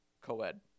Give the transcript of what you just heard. co-ed